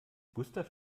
gustav